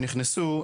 כשנכנסו,